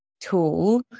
tool